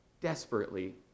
desperately